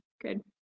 good